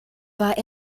war